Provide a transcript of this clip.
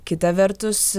kita vertus